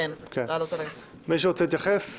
מישהו רוצה להתייחס?